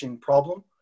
problem